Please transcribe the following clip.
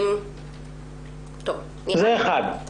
זה אחד.